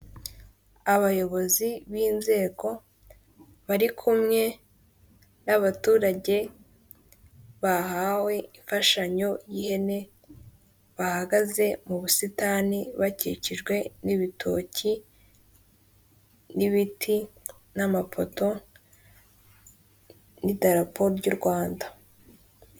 Abayobozi b'inzego, bari kumwe n'abaturage, bahawe imfashanyo y'ihene, bahagaze mu busitani bakikijwe nibitoki, n'ibiti n'amapoto n'idarapo ry'Urwanda.